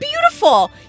beautiful